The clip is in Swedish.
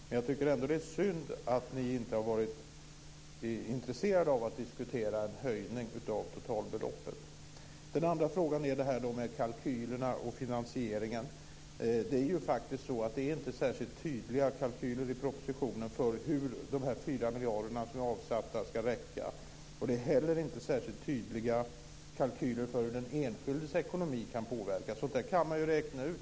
Men jag tycker ändå att det är synd att ni inte har varit intresserade av att diskutera en höjning av totalbeloppet. Den andra frågan är kalkylerna och finansieringen. Det är inte särskilt tydliga kalkyler i propositionen för hur de 4 miljarder som är avsatta ska räcka. Det är heller inte särskilt tydliga kalkyler för hur den enskildes ekonomi kan påverkas. Sådant kan man räkna ut.